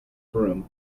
broom